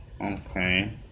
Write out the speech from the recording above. Okay